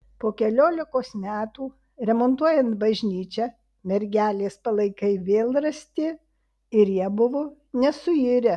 po keliolikos metų remontuojant bažnyčią mergelės palaikai vėl rasti ir jie buvo nesuirę